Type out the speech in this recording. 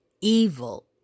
evil